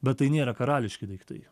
bet tai nėra karališki daiktai